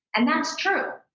and that's true.